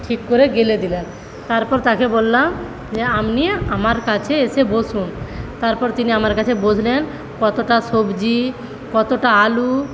ঠিক করে গেলে দিলেন তারপর তাকে বললাম যে আপনি আমার কাছে এসে বসুন তারপর তিনি আমার কাছে বসলেন কতটা সবজি কতটা আলু